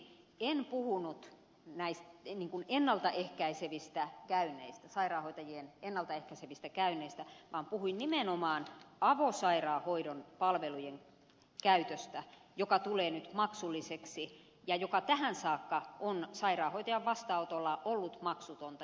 en puhunut näistä kinkun ennalta ehkäisevistä käynneistä sairaanhoitajien ennalta ehkäisevistä käynneistä vaan puhuin nimenomaan avosairaanhoidon palvelujen käytöstä joka tulee nyt maksulliseksi ja joka tähän saakka on sairaanhoitajan vastaanotolla ollut maksutonta